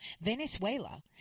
Venezuela